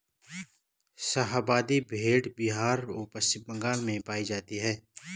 शाहाबादी भेड़ बिहार व पश्चिम बंगाल में पाई जाती हैं